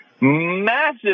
massive